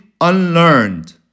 unlearned